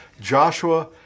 Joshua